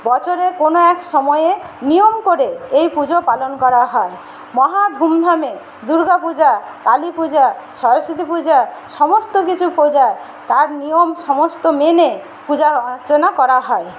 বছরে কোনো এক সময়ে নিয়ম করে এই পুজো পালন করা হয় মহা ধুমধামে দুর্গা পূজা কালী পূজা সরস্বতী পূজা সমস্ত কিছুর পূজা তার নিয়ম সমস্ত মেনে পূজা অর্চনা করা হয়